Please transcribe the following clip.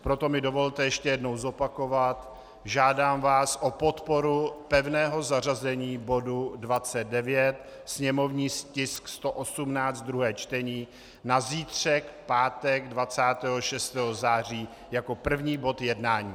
Proto mi dovolte ještě jednou zopakovat žádám vás o podporu pevného zařazení bodu 29, sněmovní tisk 118, druhé čtení, na zítřek, pátek 26. září, jako první bod jednání.